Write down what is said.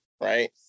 right